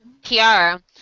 Kiara